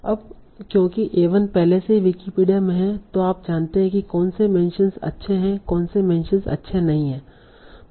अब क्योंकि a1 पहले से ही विकिपीडिया में है तों आप जानते हैं कि कौनसे मेंशनस अच्छे हैं कौनसे मेंशनस अच्छे नहीं हैं